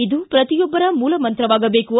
ಇದು ಪ್ರತಿಯೊಬ್ಬರ ಮೂಲಮಂತ್ರವಾಗಬೇಕು